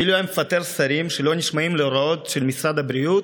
אילו היה מפטר שרים שלא נשמעים להוראות של משרד הבריאות,